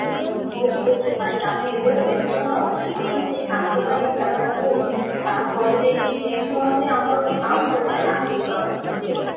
ହୁଁ ହୁଁ ହଉ ଠିକ ଅଛି ଫାଷ୍ଟ ଆମେ ଏବେ ତ ଦଶ ଜଣ ଅଛନ୍ତି ତାଙ୍କପାଇଁ ଜାଗା ହେଉ ତାପରେ ଯାଇକି ନେକ୍ସ୍ଟ ମନ୍ଥରେ ଆମର ଆହୁରି ଲୋକମାନେ ଆସିବେ କାମ ପାଇଁ ଠିକ ଅଛି